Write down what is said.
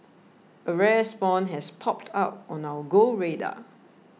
a rare spawn has popped up on our Go radar